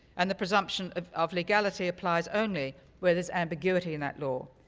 and the presumption of of legality applies only where there's ambiguity in that law.